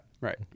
Right